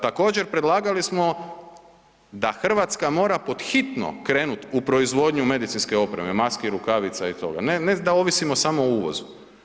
Također predlagali smo da RH mora pod hitno krenut u proizvodnju medicinske opreme, maski, rukavica i toga, ne, ne da ovisimo samo o uvozu.